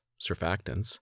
surfactants